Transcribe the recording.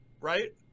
right